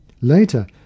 Later